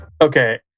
Okay